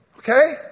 Okay